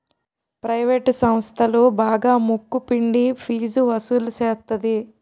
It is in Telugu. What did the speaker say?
ప్రవేటు సంస్థలు బాగా ముక్కు పిండి ఫీజు వసులు సేత్తది